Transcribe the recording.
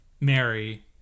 Mary